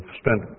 spent